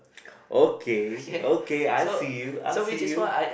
okay okay ask you ask you